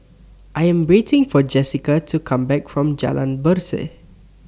I Am waiting For Jesica to Come Back from Jalan Berseh